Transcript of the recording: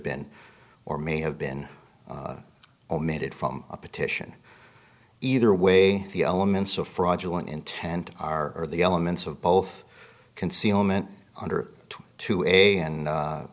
been or may have been omitted from a petition either way the elements of fraudulent intent are the elements of both concealment under to a